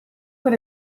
per